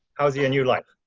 how's your new life?